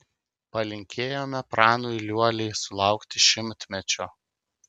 palinkėjome pranui liuoliai sulaukti šimtmečio